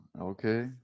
okay